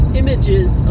images